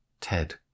Ted